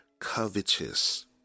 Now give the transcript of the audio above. covetous